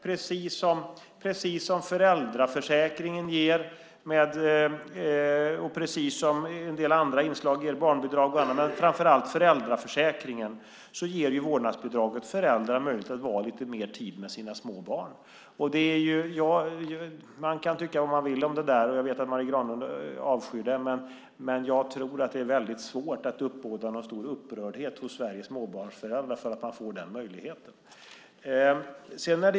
Precis som framför allt föräldraförsäkringen och en del andra inslag - barnbidrag och annat - ger vårdnadsbidraget däremot föräldrar möjlighet att tillbringa lite mer tid med sina små barn. Man kan tycka vad man vill om det här, och jag vet att Marie Granlund avskyr det. Men jag tror att det är svårt att uppbåda någon stor upprördhet hos Sveriges småbarnsföräldrar för att man får den möjligheten.